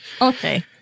Okay